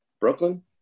Brooklyn